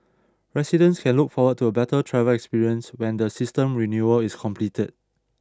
residents can look forward to a better travel experience when the system renewal is completed